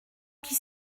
qui